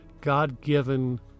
God-given